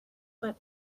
but